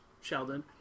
Sheldon